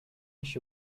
she